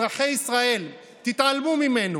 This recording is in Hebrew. אזרחי ישראל, תתעלמו ממנו.